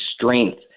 strength